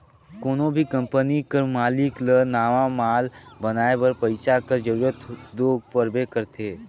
कोनो भी कंपनी कर मालिक ल नावा माल बनाए बर पइसा कर जरूरत दो परबे करथे